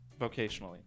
Vocationally